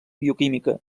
bioquímica